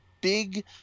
big